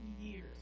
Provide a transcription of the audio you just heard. years